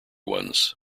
ones